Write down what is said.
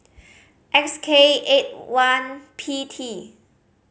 X K eight one P T